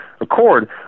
accord